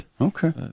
Okay